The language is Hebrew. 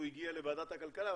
הוא הגיע לוועדת הכלכלה,